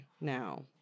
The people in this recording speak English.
now